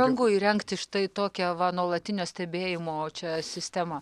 brangu įrengti štai tokią va nuolatinio stebėjimo čia sistemą